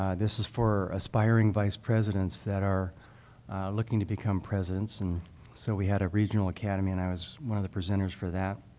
um this is for aspiring vice presidents that are looking to become presidents and so we had a regional academy and i was one of the presenters for that.